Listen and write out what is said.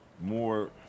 more